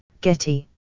Getty